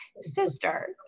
Sister